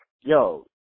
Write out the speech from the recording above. Yo